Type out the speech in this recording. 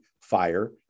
fire